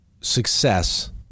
success